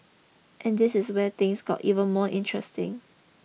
and this is where things get even more interesting